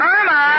Irma